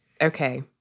Okay